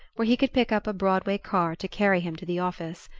where he could pick up a broadway car to carry him to the office.